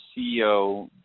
CEO